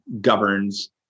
governs